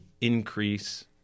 increase